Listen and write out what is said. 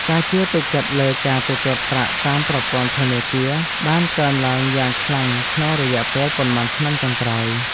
ការជឿទុកចិត្តលើការទូទាត់ប្រាក់តាមប្រព័ន្ធធនាគារបានកើនឡើងយ៉ាងខ្លាំងក្នុងរយៈពេលប៉ុន្មានឆ្នាំចុងក្រោយ។